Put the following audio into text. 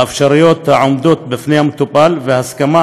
האפשרויות העומדות בפני המטופל והסכמה